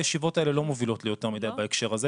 הישיבות האלה לא מובילות ליותר מידי בהקשר הזה.